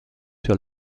sur